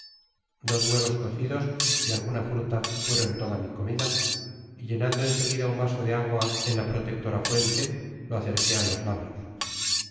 dos huevos cocidos y alguna fruia fueron toda mi comida y llenando en seguida un vaso de agua en la protectora fuente lo acerqué á los labios